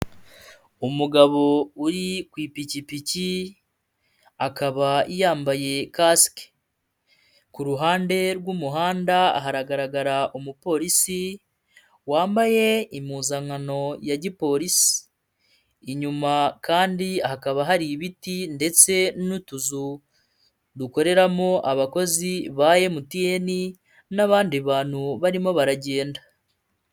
Umugabo uri ku ipikipiki akaba yambaye kasike, ku ruhande rw'umuhanda hagaragara umupolisi wambaye impuzankano ya gipolisi, inyuma kandi hakaba hari ibiti ndetse n'utuzu dukoreramo abakozi ba MTN n'abandi bantu barimo baragenda.